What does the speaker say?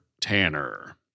Tanner